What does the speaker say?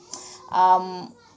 um